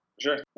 Sure